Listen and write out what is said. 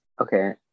Okay